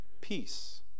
Peace